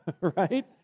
right